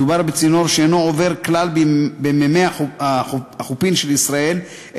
מדובר בצינור שאינו עובר כלל במימי החופין של ישראל,